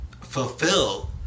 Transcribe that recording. fulfill